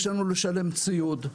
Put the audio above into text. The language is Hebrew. יש לנו לשלם ציוד,